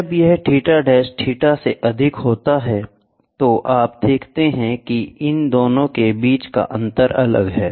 जब यह theta dash θ से अधिक होता है तो आप देखते हैं कि इन दोनों के बीच का अंतर अलग है